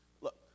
Look